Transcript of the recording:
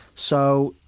so,